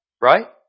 Right